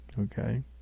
Okay